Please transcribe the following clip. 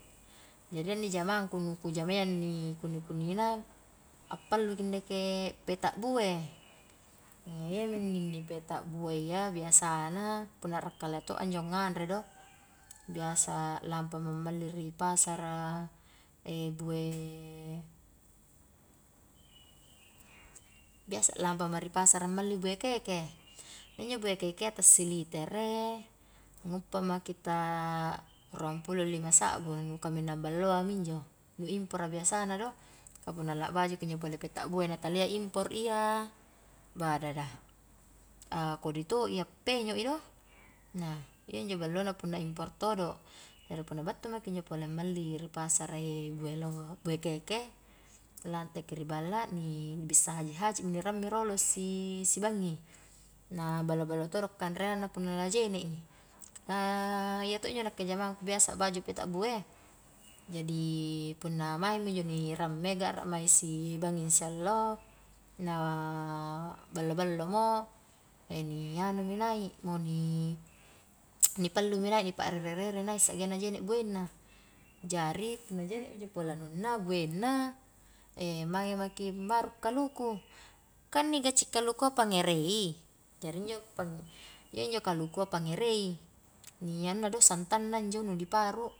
Jari iya inni jamangku nu ku jamayya inni kunni-kunnina, appalu ki ndeke peta' bue, iya mi inninni peta' bue iya, biasana punna a'ra kalia to' a injo nganre do, biasa lampa ma malli ri pasara bue, biasa lampa ma ri pasara malli bue keke, injo bue kekea tassilitere, nguppa maki ta ruang pulo lima sabbu nu kaminang balloa minjo, nu impor a biasana do, ka punna la bajua ki injo peta' bue na talia impor iya, badada a kodi to i a penyo' i do, na iya injo balllona punna impor todo', jari punna battu maki injo pole ammalli ri pasara bue lo bue keke, lanteki ri balla, ni bissa haji'-haji' mi ni ramme rolo si-si bangi, na ballo-ballo todo kanreangna punna la jene' i, aa iya to' injo nakke jamangku biasa baju peta' bue, jadi punna maingmi injo ni ramme ga'ra mae sibangi siallo, na ballo ballo mo, e ni anumi naik mo, ni pallu mi naik ni pa'rere naik sa'genna jene' buenna, jari punna jene'mi injo pole anunna, buenna, mange maki maru' kaluku, ka inni gaci kalukua pangerei, jari injo pam iya injo kalukua pangngerei, ni anuna do, santanna injo ni paru.